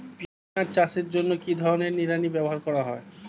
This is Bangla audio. পিঁয়াজ চাষের জন্য কি ধরনের নিড়ানি ব্যবহার করা হয়?